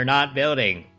not building